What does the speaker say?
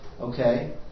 Okay